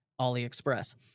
AliExpress